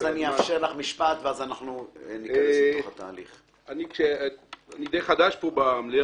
אני די חדש פה במליאה,